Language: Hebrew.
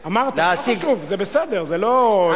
אמרת, לא חשוב, זה בסדר, לא קרה כלום.